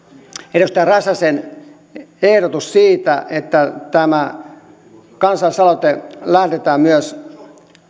edustaja räsäsen ehdotus siitä että tämä kansalaisaloite lähetetään myös